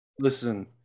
Listen